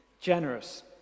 generous